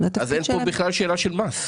אין פה בכלל שאלה של מס.